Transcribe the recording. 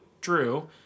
Drew